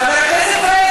חבר הכנסת פריג',